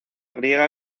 griega